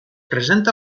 presenta